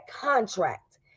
contract